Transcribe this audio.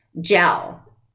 gel